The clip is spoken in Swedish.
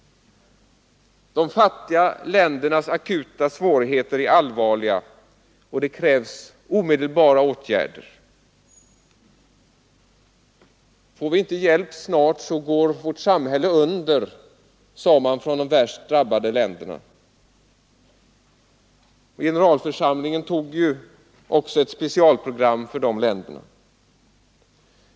De fattigaste ländernas akuta svårigheter är allvarliga, och det krävs omedelbara åtgärder. Får vi inte hjälp snart, så går vårt samhälle under, sade man från de värst drabbade länderna. Generalförsamlingen antog också ett specialprogram för dessa länder.